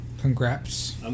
Congrats